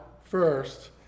first